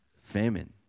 famine